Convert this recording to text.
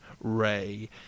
Ray